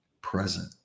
present